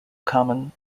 common